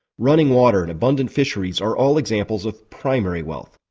running water, and abundant fisheries are all examples of primary wealth.